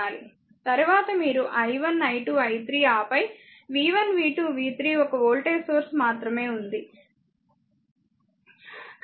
తరువాత మీరు i 1 i2 i 3 ఆపై v 1 v 2 v 3 ఒక వోల్టేజ్ సోర్స్ మాత్రమే ఉంది